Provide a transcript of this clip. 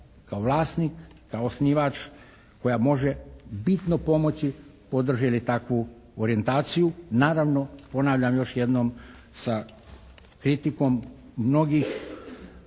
kao vlasnik, kao osnivač koja može bitno pomoći podrži li takvu orijentaciju. Naravno ponavljam još jednom sa kritikom mnogih